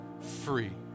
free